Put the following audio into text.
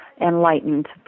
enlightened